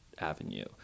avenue